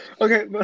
Okay